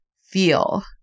feel